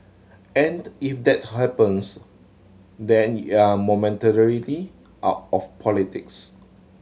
and if that happens then you're momentarily out of politics